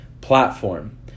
platform